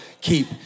keep